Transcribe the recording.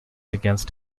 against